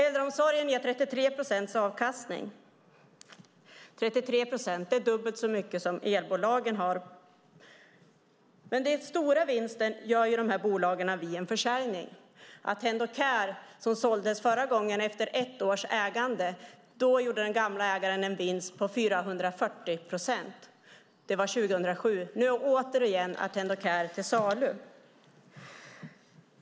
Äldreomsorgen ger 33 procents avkastning. 33 procent är dubbelt så mycket som elbolagen har. Men den stora vinsten gör bolagen vid en försäljning. När Attendo Care såldes förra gången efter ett års ägande gjorde den gamla ägaren en vinst på 440 procent. Det var 2007. Nu är återigen Attendo Care till salu.